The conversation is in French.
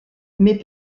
mais